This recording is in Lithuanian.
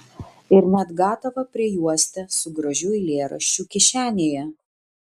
ir net gatavą priejuostę su gražiu eilėraščiu kišenėje